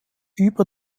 über